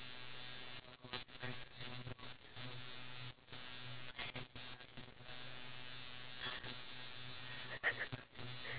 so what do you consider do you consider a memorable experience like for example does it need to